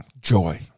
Joy